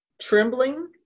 trembling